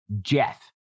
Jeff